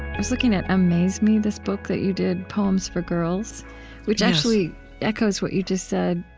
i was looking at a maze me, this book that you did poems for girls which actually echoes what you just said.